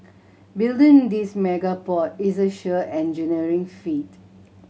building this mega port is a sheer engineering feat